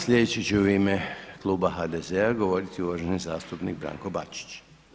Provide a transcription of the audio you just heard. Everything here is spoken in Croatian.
Sljedeći će u ime kluba HDZ-a govoriti uvaženi zastupnik Branko Bačić.